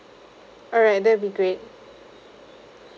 alright that'd be great